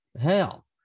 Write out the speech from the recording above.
Hell